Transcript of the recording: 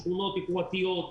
שכונות יוקרתיות,